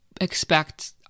expect